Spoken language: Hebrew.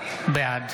בעד